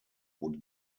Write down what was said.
would